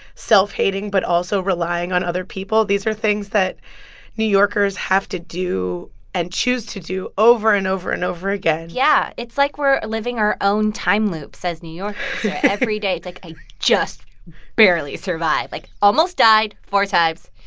self-hating but also relying on other people, these are things that new yorkers have to do and choose to do over and over and over again yeah. it's like we're living our own time loops as new yorkers every day it's like, i just barely survived, like, almost died four times.